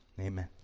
Amen